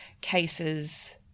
cases